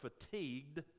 fatigued